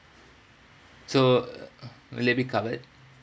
so uh will they be covered